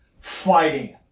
fighting